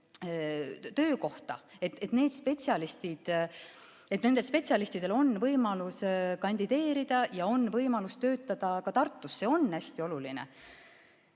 inimestele töökohta, et nendel spetsialistidel on võimalus kandideerida ja on võimalus töötada ka Tartus. See on hästi oluline.